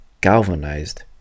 galvanized